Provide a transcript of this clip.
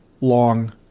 long